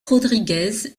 rodriguez